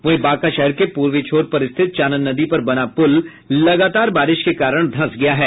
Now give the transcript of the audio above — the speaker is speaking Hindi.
वहीं बांका शहर के पूर्वी छोर पर स्थित चानन नदी पर बना पुल लगातार बारिश के कारण धंस गया है